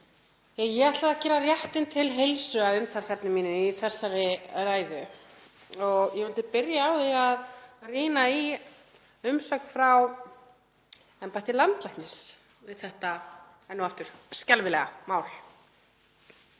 ég ætlaði að gera réttinn til heilsu að umtalsefni mínu í þessari ræðu. Ég vildi byrja á því að rýna í umsögn frá embætti landlæknis við þetta, enn og aftur, skelfilega mál.